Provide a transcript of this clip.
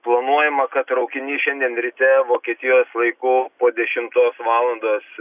planuojama kad traukinys šiandien ryte vokietijos laiku po dešimtos valandos